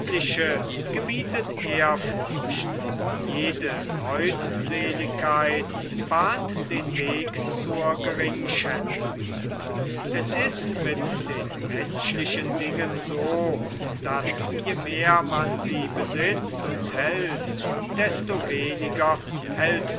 gebietet ehrfurcht jede leutseligkeit bahnt den weg zur geringschätzung es ist mit den menschlichen dingen so daß je mehr man sie besitzt und hält desto weniger hält